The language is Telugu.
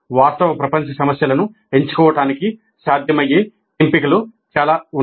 వాస్తవ ప్రపంచ సమస్యలను ఎంచుకోవడానికి సాధ్యమయ్యే ఎంపికలు చాలా ఉన్నాయి